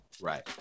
Right